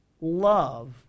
love